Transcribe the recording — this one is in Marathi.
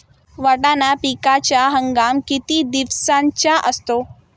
वाटाणा पिकाचा हंगाम किती दिवसांचा असतो?